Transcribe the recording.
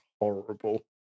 horrible